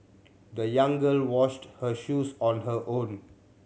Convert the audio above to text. the young girl washed her shoes on her own